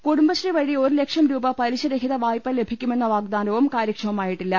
കുടുംബശ്രീ വഴി ഒരു ലക്ഷം രൂപ പലിശ രഹിത വായ്പ ലഭിക്കുമെന്ന പ്രാഗ്ദാനവും കാര്യക്ഷമമായിട്ടില്ല